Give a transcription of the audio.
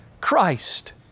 Christ